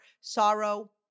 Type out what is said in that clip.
sorrow